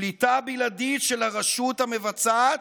שליטה בלעדית של הרשות המבצעת,